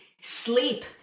sleep